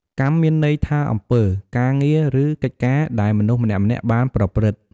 កម្ម មានន័យថា អំពើ ការងារ ឬកិច្ចការ ដែលមនុស្សម្នាក់ៗបានប្រព្រឹត្ត។